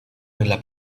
nella